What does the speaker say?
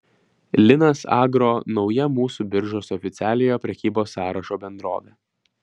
linas agro nauja mūsų biržos oficialiojo prekybos sąrašo bendrovė